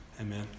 Amen